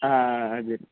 అదేనండి